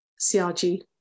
CRG